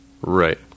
Right